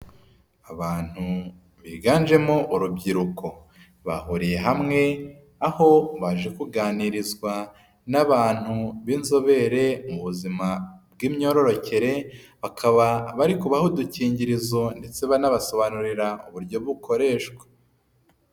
Abantu biganjemo urubyiruko. Bahuriye hamwe aho baje kuganirizwa n'abantu b'inzobere mu buzima bw'imyororokere ,bakaba bari kubaha udukingirizo ndetse banabasobanurirwa uburyo bukoreshwa.